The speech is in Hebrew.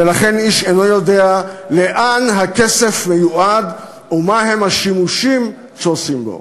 ולכן איש אינו יודע לאן הכסף מיועד ומה הם השימושים שעושים בו.